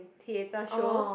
theatre shows